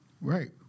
Right